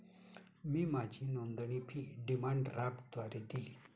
मी माझी नावनोंदणी fee demand ड्राफ्टद्वारे दिली